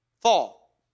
fall